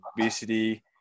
obesity